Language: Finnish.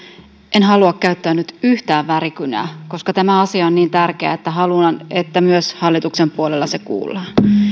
en halua käyttää nyt yhtään värikynää koska tämä asia on niin tärkeä että haluan että myös hallituksen puolella se kuullaan